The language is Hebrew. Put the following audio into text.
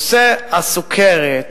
נושא הסוכרת,